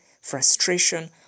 frustration